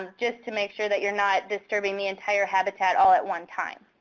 um just to make sure that you're not disturbing the entire habitat all at one time.